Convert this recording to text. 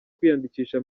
kwiyandikisha